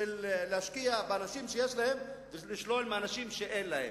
להשקיע באנשים שיש להם ולשלול מאנשים שאין להם,